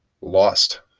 Lost